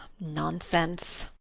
nonsense,